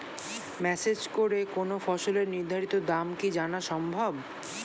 Message করে কোন ফসলের নির্ধারিত দাম কি জানা সম্ভব?